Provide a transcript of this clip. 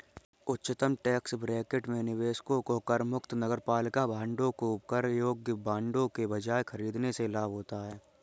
उच्चतम tax bracket में निवेशकों को करमुक्त नगरपालिका बांडों को कर योग्य बांडों के बजाय खरीदने से लाभ होता है